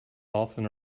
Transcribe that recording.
often